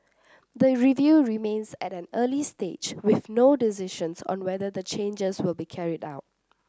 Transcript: the review remains at an early stage with no decisions on whether the changes will be carried out